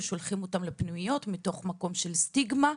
או שולחים אותם לפנימיות מתוך מקום של סטיגמה,